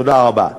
תודה רבה.